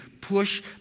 Push